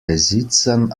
besitzen